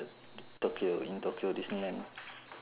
tokyo in tokyo disneyland